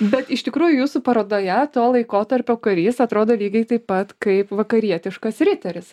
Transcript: bet iš tikrųjų jūsų parodoje to laikotarpio karys atrodo lygiai taip pat kaip vakarietiškas riteris